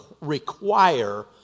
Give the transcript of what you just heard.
require